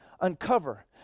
Uncover